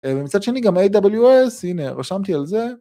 ומצד שני גם AWS, הנה, רשמתי על זה.